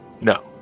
no